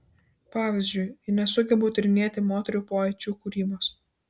pavyzdžiui nesugebu tyrinėti moterų poečių kūrybos